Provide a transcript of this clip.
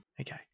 Okay